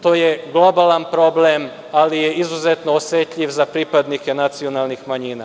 To je globalan problem, ali je izuzetno osetljiv za pripadnike nacionalnih manjina.